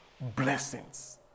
blessings